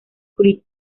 creek